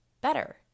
better